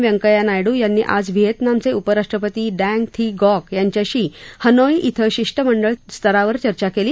व्यंकय्या नायडू यांनी आज व्हिएतनामचे उपराष्ट्रपती डँग थी गॉक यांच्याशी आज हनोई इथं शिष्टमंडळ स्तरावर चर्चा केली